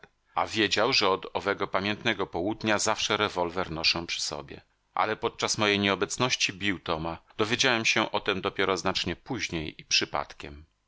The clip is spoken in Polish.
a wiedział że od owego pamiętnego południa zawsze rewolwer noszę przy sobie ale podczas mojej nieobecności bił toma dowiedziałem się o tem dopiero znacznie później i przypadkiem